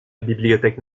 bibliothèque